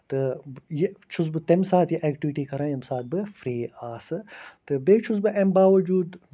تہٕ بہٕ یہِ چھُس بہٕ تَمہِ ساتہٕ یہِ اٮ۪کٹِوٹی کران ییٚمہِ ساتہٕ بہٕ فری آسہٕ تہٕ بیٚیہِ چھُس بہٕ اَمہِ باوجوٗد